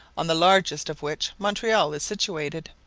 on the largest of which montreal is situated.